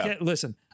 Listen